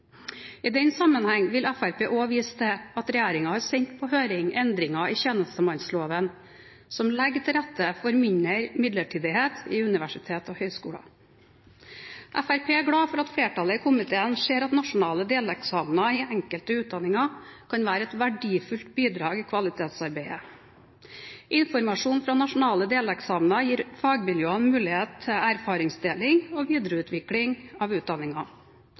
I den sammenheng vil Fremskrittspartiet også vise til at regjeringen har sendt på høring endringer i tjenestemannsloven som legger til rette for mindre midlertidighet i universiteter og høyskoler. Fremskrittspartiet er glad for at flertallet i komiteen ser at nasjonale deleksamener i enkelte utdanninger kan være et verdifullt bidrag i kvalitetsarbeidet. Informasjon fra nasjonale deleksamener gir fagmiljøene mulighet til erfaringsdeling og videreutvikling av